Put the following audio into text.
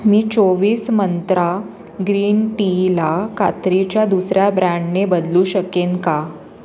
मी चोवीस मंत्रा ग्रीन टीला खात्रीच्या दुसऱ्या ब्रँडने बदलू शकेन का